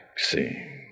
See